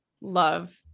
love